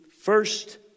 first